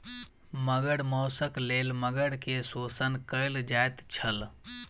मगर मौसक लेल मगर के शोषण कयल जाइत छल